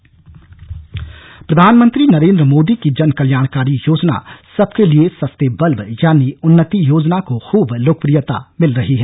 उन्नति योजना प्रधानमंत्री नरेन्द्र मोदी की जन कल्याणकारी योजना सबके लिए सस्ते बल्ब यानी उन्नति योजना को खूब लोकप्रियता मिल रही है